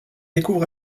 découvre